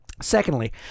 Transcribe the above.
Secondly